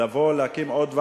לבוא להקים עוד ועדה,